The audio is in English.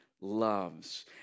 loves